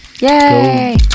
Yay